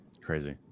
crazy